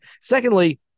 secondly